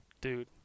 Dude